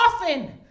often